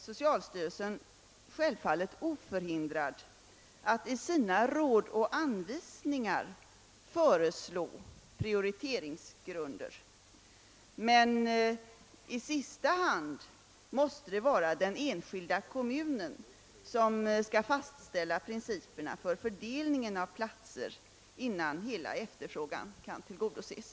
Socialstyrelsen är självfallet oförhindrad att i sina råd och anvisningar föreslå prioriteringsgrunder. I sista hand måste det vara kommunerna som skall fastställa principerna för fördelningen av platserna innan efterfrågan kan tillgodoses.